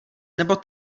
nebo